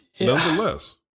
nonetheless